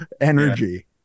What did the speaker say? energy